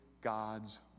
God's